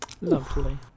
Lovely